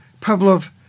Pavlov